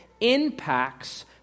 impacts